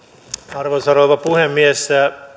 arvoisa rouva puhemies